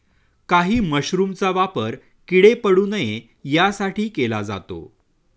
काही मशरूमचा वापर किडे पडू नये यासाठी केला जातो